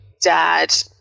dad